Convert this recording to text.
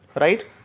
Right